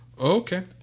Okay